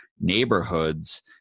neighborhoods